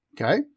okay